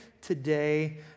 today